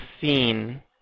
seen